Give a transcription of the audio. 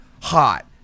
hot